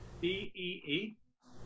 B-E-E